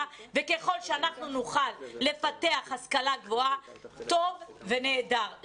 וככל שנוכל לפתח השכלה גבוהה זה טוב ונהדר.